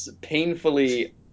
painfully